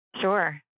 Sure